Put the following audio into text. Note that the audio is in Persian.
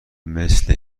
مثل